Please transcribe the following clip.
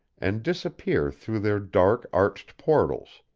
and disappear through their dark arched portals,